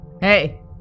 Hey